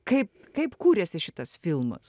kaip kaip kūrėsi šitas filmas